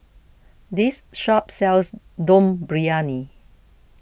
this shop sells Dum Briyani